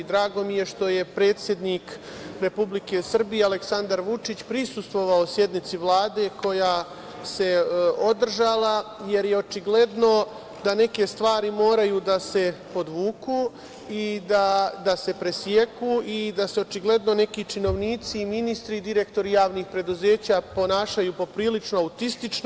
Drago mi je što je predsednik Republike Srbije, Aleksandar Vučić, prisustvovao sednici Vlade koja se održala, jer je očigledno da neke stvari moraju da se podvuku i da se preseku, jer se očigledno neki činovnici, ministri i direktori javnih preduzeća ponašaju poprilično autistično.